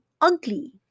ugly